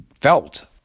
felt